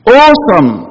awesome